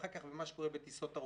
ואחר כך במה שקורה בטיסות ארוכות.